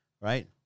right